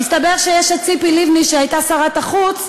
מסתבר שיש ציפי לבני שהייתה שרת החוץ,